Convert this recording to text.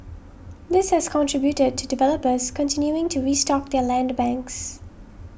this has contributed to developers continuing to restock their land banks